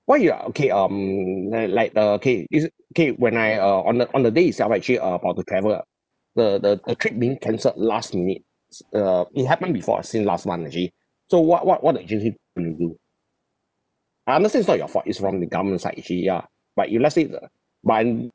why you okay um then like the K it's uh K when I uh on the on the day itself right actually uh about to travel ah the the the trip being cancelled last minute s~ uh it happened before ah since last month actually so what what what the agency will do I understand it's not your fault it's from the government's side actually ya but if let's say the one